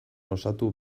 osatu